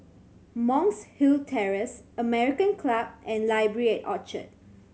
Monk's Hill Terrace American Club and Library at Orchard